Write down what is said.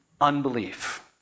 unbelief